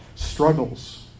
struggles